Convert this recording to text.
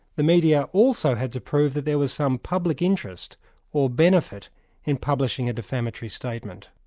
the media also had to prove that there was some public interest or benefit in publishing a defamatory statement.